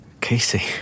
Casey